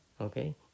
Okay